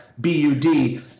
B-U-D